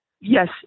yes